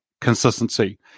consistency